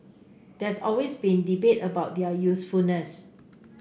there's always been debate about their usefulness